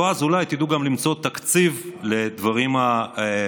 ואז אולי תדעו גם למצוא תקציב לדברים הנדרשים,